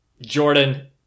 Jordan